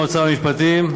האוצר והמשפטים.